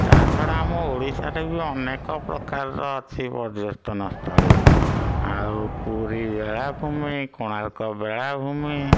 ତାହା ଛଡ଼ା ଆମ ଓଡ଼ିଶାରେ ବି ଅନେକ ପ୍ରକାରର ଅଛି ପର୍ଯ୍ୟଟନସ୍ଥଳୀ ଆଉ ପୁରୀ ବେଳାଭୂମି କୋଣାର୍କ ବେଳାଭୂମି